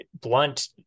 blunt